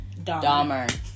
Dahmer